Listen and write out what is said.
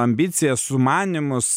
ambicijas sumanymus